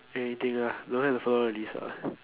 anything lah don't have to follow the list what